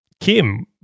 Kim